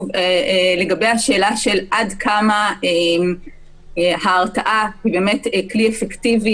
לגבי השאלה של עד כמה ההרתעה היא באמת כלי אפקטיבי.